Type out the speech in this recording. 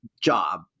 job